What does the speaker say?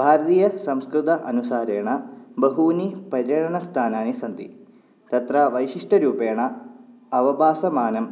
भारतीयसंस्कृत अनुसारेण बहूनि पर्यटनस्थानानि सन्ति तत्र वैशिष्टरूपेण अवभासमानं